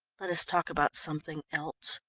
let us talk about something else.